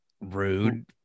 rude